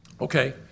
Okay